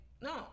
no